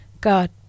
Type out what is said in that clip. God